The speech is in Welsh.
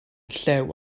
llew